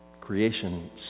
Creation